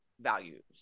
values